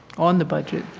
on the budget.